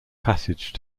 passage